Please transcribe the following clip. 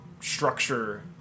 structure